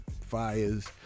Fires